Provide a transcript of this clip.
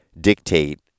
dictate